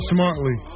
Smartly